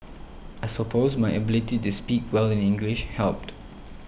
I suppose my ability to speak well in English helped